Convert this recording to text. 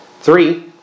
Three